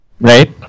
right